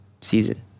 season